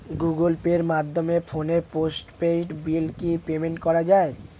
Google পের মাধ্যমে ফোনের পোষ্টপেইড বিল কি পেমেন্ট করা যায়?